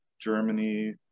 Germany